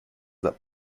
that